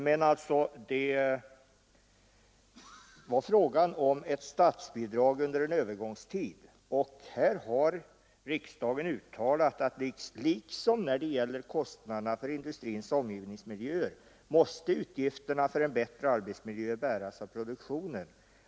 Men nu var det fråga om ett statsbidrag under en övergångstid, och riksdagen har uttalat att liksom när det gäller kostnaderna för industrins omgivningsmiljöer måste utgifterna för en bättre arbetsmiljö bäras av produktionen.